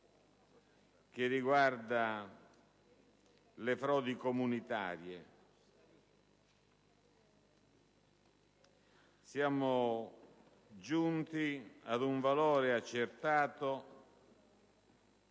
che riguarda le frodi comunitarie. Siamo giunti ad un valore accertato,